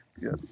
yes